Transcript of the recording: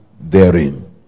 therein